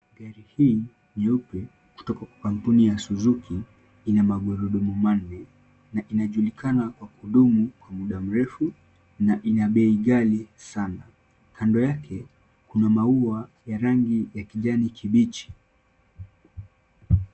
Gari hii nyeupe kutoka kwa kampuni ya suzuki ina magurudumu manne, na inajulikana kwa kudumu kwa muda mrefu na ina bei ghali sana. Kando yake, kuna maua ya rangi ya kijani kibichi.